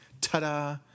Ta-da